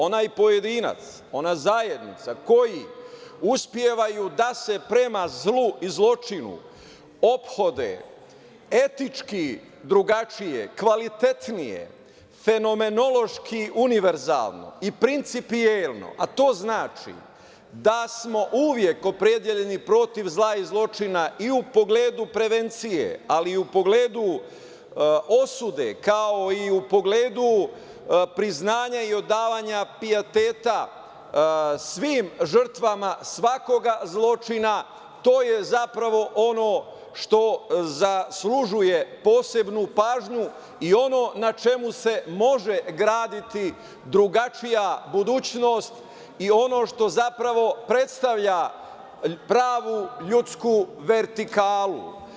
Onaj pojedinac, ona zajednica koja uspeva da se prema zlu i zločinu ophodi etički drugačije, kvalitetnije, fenomenološki univerzalno i principijelno, a to znači da smo uvek opredeljeni protiv zla i zločina i u pogledu prevencije, ali i u pogledu osude, kao i u pogledu priznanja i odavanja pijeteta svim žrtvama svakog zločina, to je zapravo ono što zaslužuje posebnu pažnju i ono na čemu se može graditi drugačija budućnost i ono što, zapravo, predstavlja pravu ljudsku vertikalu.